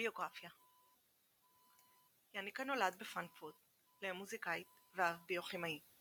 ביוגרפיה יאניקה נולד בפרנקפורט לאם מוזיקאית ואב ביוכמיאי,